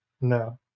No